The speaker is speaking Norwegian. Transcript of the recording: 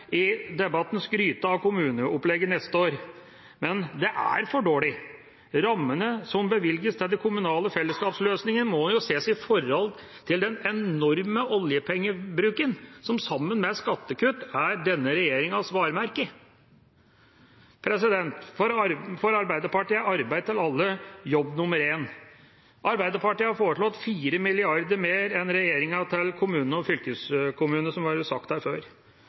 i debatten skryte av kommuneopplegget neste år. Det er for dårlig. Rammene som bevilges til den kommunale fellesskapsløsningen, må ses i forhold til den enorme oljepengebruken, som sammen med skattekutt er denne regjeringas varemerke. For Arbeiderpartiet er arbeid til alle jobb nummer én. Arbeiderpartiet har foreslått 4 mrd. kr mer enn regjeringa til kommunene og fylkeskommunene, slik det var sagt her før.